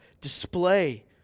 display